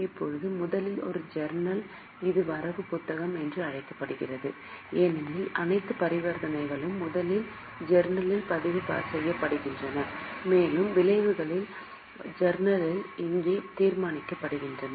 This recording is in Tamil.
இப்போது முதலில் ஒரு ஜர்னல் இது வரவு புத்தகம் என்று அழைக்கப்படுகிறது ஏனெனில் அனைத்து பரிவர்த்தனைகளும் முதலில் ஜர்னல் ல் பதிவு செய்யப்பட்டுள்ளன மேலும் விளைவுகள் ஜர்னல் ல் இங்கே தீர்மானிக்கப்படுகின்றன